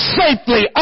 safely